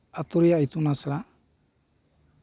ᱟᱹᱛᱩ ᱨᱮᱭᱟ ᱜ ᱤᱛᱩᱱ ᱟᱥᱲᱟ